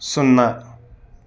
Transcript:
సున్నా